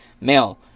Male